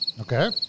Okay